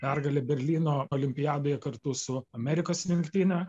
pergalė berlyno olimpiadoje kartu su amerikos rinktine